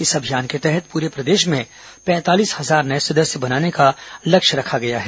इस अभियान के तहत पूरे प्रदेश में पैंतालीस हजार नए सदस्य बनाने का लक्ष्य रखा गया है